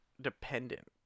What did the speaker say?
dependent